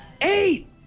Eight